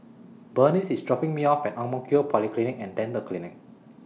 Bernice IS dropping Me off At Ang Mo Kio Polyclinic and Dental Clinic